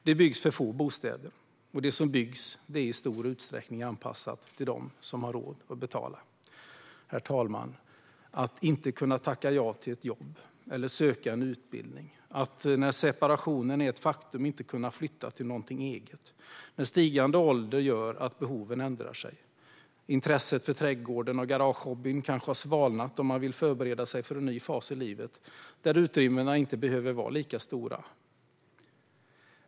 Det byggs för få bostäder, och det som byggs är i stor utsträckning anpassat till dem som har råd att betala. Herr talman! Det kan handla om att inte kunna tacka ja till ett jobb eller söka en utbildning. Det kan handla om att inte kunna flytta till något eget när separationen är ett faktum. Det är också så att stigande ålder kan göra att behoven ändrar sig. Intresset för trädgården och garagehobbyn kanske har svalnat, och man vill förbereda sig för en ny fas i livet där utrymmena inte behöver vara lika stora.